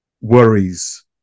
worries